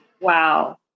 Wow